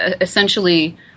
Essentially